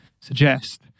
suggest